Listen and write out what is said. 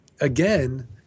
again